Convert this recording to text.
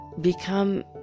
become